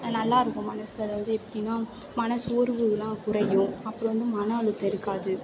நல்லாயிருக்கும் மனசு வந்து எப்படின்னா மனசோர்வெலாம் குறையும் அப்புறம் வந்து மன அழுத்தம் இருக்காது